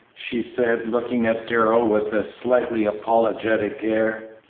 she said, looking at darrell with a slightly apologetic air.